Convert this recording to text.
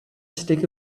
stick